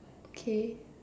okay